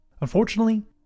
Unfortunately